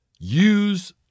Use